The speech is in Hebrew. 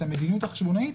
את המדיניות החשבונאית.